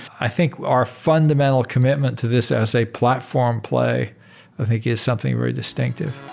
i think our fundamental commitment to this as a platform play i think is something very distinctive